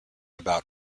about